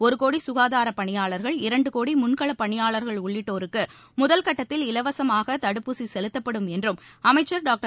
ஒரு கோடி ககாதார பணியாளர்கள் இரண்டு கோடி முன்கள பணியாளர்கள் உள்ளிட்டோருக்கு முதல் கட்டத்தில் இலவசமாக தடுப்பூசி செலுத்தப்படும் என்றும் அமைச்சர் டாக்டர்